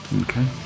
Okay